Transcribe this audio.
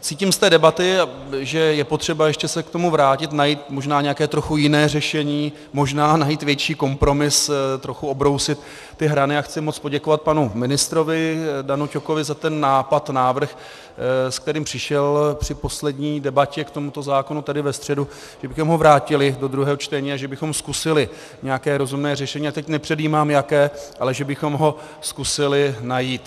cítím z debaty, že je potřeba ještě se k tomu vrátit, najít možná nějaké trochu jiné řešení, možná najít větší kompromis, trochu obrousit hrany, a chci moc poděkovat panu ministrovi Danu Ťokovi za nápad, návrh, se kterým přišel při poslední debatě k tomuto zákonu tady ve středu, že bychom ho vrátili do druhého čtení a že bychom zkusili nějaké rozumné řešení, a teď nepředjímám jaké, ale že bychom ho zkusili najít.